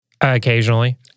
Occasionally